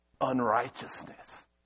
unrighteousness